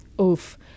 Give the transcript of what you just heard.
Oof